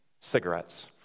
cigarettes